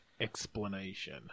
explanation